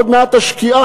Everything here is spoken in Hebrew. עוד מעט השקיעה,